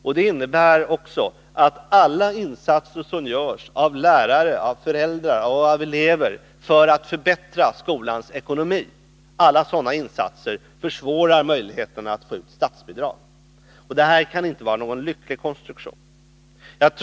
Och det innebär också att alla insatser som görs av lärare, föräldrar och elever för att förbättra skolornas ekonomi försvårar möjligheterna att få ut statsbidrag. Det kan inte vara en lycklig konstruktion.